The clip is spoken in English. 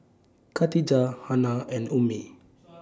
Khadija Hana and Ummi